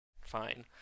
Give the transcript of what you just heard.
Fine